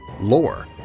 lore